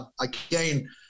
again